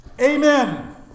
Amen